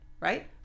right